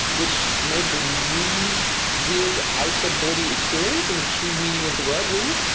which made it a really weird out-of-body experience in the true meaning of the word really,